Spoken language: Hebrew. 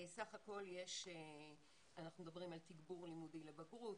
סך הכול אנחנו מדברים על תגבור לימודי לבגרות,